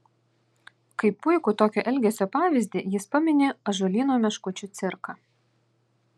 kaip puikų tokio elgesio pavyzdį jis pamini ąžuolyno meškučių cirką